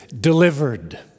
Delivered